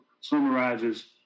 summarizes